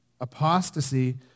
apostasy